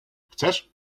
chcesz